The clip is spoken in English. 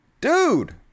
Dude